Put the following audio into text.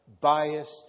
Biased